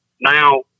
now